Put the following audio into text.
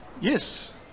Yes